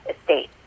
estate